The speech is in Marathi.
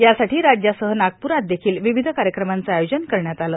यासाठी राज्यासह नागपुरात देखील विविध कार्यक्रमांचं आयोजन करण्यात आलं